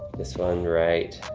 this one, right,